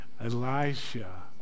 Elisha